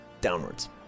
downwards